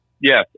Yes